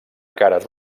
cares